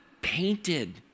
painted